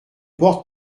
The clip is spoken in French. porte